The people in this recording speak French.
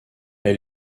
est